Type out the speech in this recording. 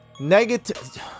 negative